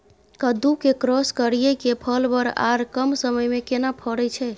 कद्दू के क्रॉस करिये के फल बर आर कम समय में केना फरय छै?